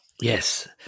Yes